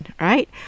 right